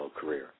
career